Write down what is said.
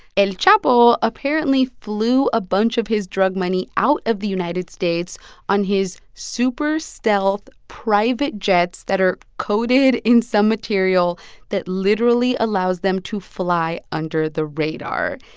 el chapo apparently flew a bunch of his drug money out of the united states on his super-stealth private jets that are coated in some material that literally allows them to fly under the radar.